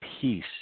peace